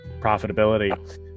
profitability